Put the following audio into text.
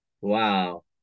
Wow